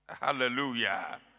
Hallelujah